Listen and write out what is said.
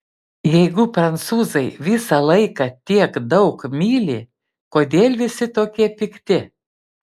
jeigu prancūzai visą laiką tiek daug myli kodėl visi tokie pikti